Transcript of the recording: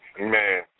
Man